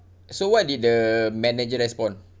so what did the manager respond